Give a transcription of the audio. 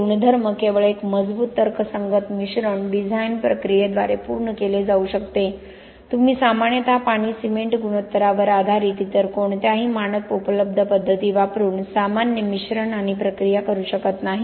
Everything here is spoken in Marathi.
हे गुणधर्म केवळ एक मजबूत तर्कसंगत मिश्रण डिझाइन प्रक्रियेद्वारे पूर्ण केले जाऊ शकते तुम्ही सामान्यतः पाणी सिमेंट गुणोत्तरावर आधारित इतर कोणत्याही मानक उपलब्ध पद्धती वापरून सामान्य मिश्रण आणि प्रक्रिया करू शकत नाही